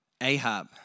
Ahab